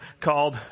called